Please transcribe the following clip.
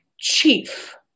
chief